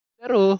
pero